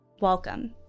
Welcome